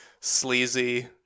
sleazy